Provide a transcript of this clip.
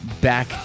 back